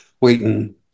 waiting